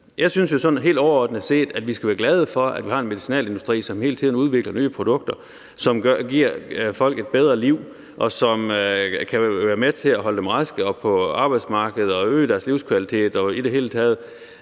der, men helt overordnet set synes jeg, vi skal være glade for, at vi har en medicinalindustri, som hele tiden udvikler nye produkter, som giver folk et bedre liv, og som kan være med til at holde dem raske og på arbejdsmarkedet og øge deres livskvalitet i det hele taget.